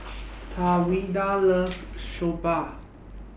Tawanda loves Soba